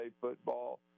football